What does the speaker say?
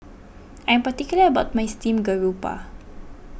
I am particular about my Steamed Garoupa